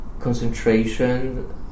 concentration